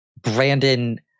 Brandon